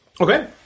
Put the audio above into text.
Okay